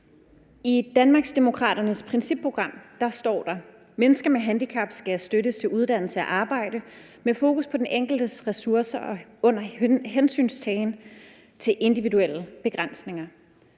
I Danmarksdemokraternes principprogram står der: »Mennesker med handicap skal støttes til uddannelse og arbejde med fokus på den enkeltes ressourcer og under hensyntagen til individuelle begrænsninger.«